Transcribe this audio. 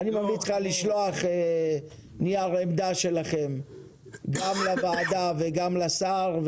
אני ממליץ לך לשלוח נייר עמדה שלכם גם לוועדה וגם לשר.